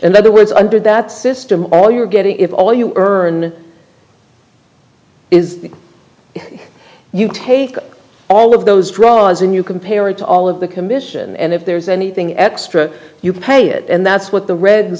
the other words under that system all you're getting if all you earn is it you take all of those draws and you compare it to all of the commission and if there's anything extra you pay it and that's what the red